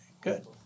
Good